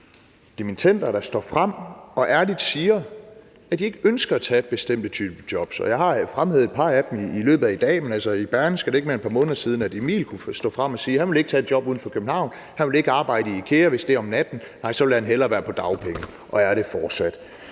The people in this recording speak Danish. på dimittender, der står frem og ærligt siger, at de ikke ønsker at tage bestemte typer jobs. Jeg har fremhævet et par af dem i løbet af i dag, men det er ikke mere end et par måneder siden, at man i Berlingske kunne læse om Emil, der stod frem og sagde, at han ikke ville tage et job uden for København, og han ville ikke arbejde i IKEA, hvis det var om natten – nej, så ville han hellere være på dagpenge. Og det er han fortsat.